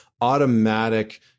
automatic